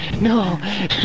No